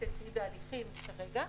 המפורטת שהיא בהליכים כרגע,